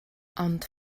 ond